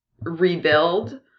rebuild